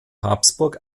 habsburg